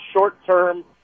short-term